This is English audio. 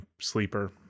sleeper